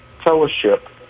fellowship